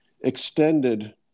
extended